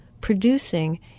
producing